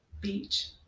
beach